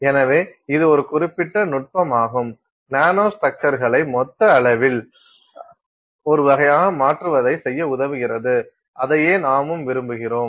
எனவே இது ஒரு குறிப்பிட்ட நுட்பமாகும் நானோ ஸ்ட்ரக்சர்ஸ்களை மொத்த அளவில் ஒரு வகையாக மாற்றுவதை செய்ய உதவுகிறது அதையே நாமும் விரும்புகிறோம்